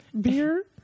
Beer